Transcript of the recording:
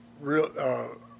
real